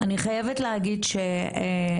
אני חייבת להגיד שעם